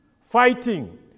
fighting